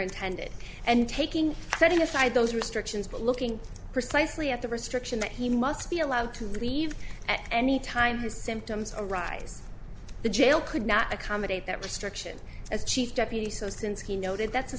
intended and taking setting aside those restrictions but looking precisely at the restriction that he must be allowed to leave at any time his symptoms arise the jail could not accommodate that restriction as chief deputy so since he noted that